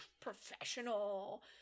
professional